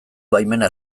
baimena